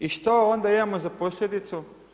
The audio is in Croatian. I što onda imamo za posljedicu?